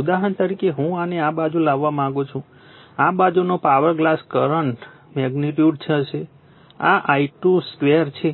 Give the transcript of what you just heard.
ઉદાહરણ તરીકે હું આને આ બાજુ લાવવા માંગુ છું આ બાજુનો પાવર ગ્લાસ કરંટ મેગ્નિટ્યુડ હશે આ I22 છે